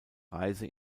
reise